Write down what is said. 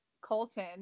Colton